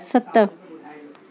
सत